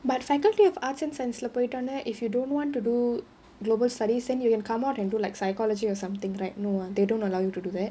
but faculty of arts and science போயிட்ட உடனே:poitta udanae if you don't want to do global studies then you can come out and do like psychology or something right no ah they don't allow you to do that